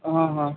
ହଁ ହଁ